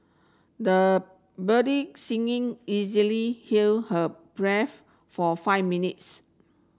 the budding singing easily held her breath for five minutes